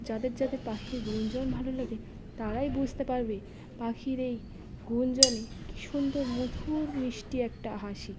যাদের যাদের পাখির গুঞ্জন ভালো লাগে তারাই বুঝতে পারবে পাখির এই গুঞ্জনে কী সুন্দর মধুর মিষ্টি একটা হাসি